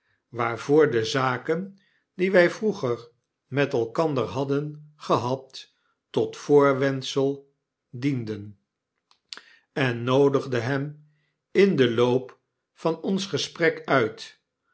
waarvoor de zaken die wy vroeger met elkander hadden gehad tot voorwendsel dienden en noodigde hem in den loop van ons gesprek uit